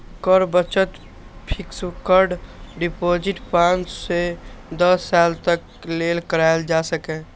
कर बचत fixed deposit पांच सं दस साल तक लेल कराएल जा सकैए